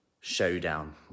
Showdown